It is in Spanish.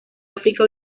áfrica